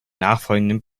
nachfolgenden